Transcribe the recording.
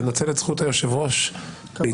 לנצל את זכות היושב-ראש להתייחס.